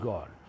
God